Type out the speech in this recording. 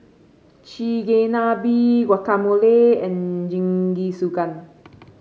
Chigenabe Guacamole and Jingisukan